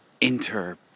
inter-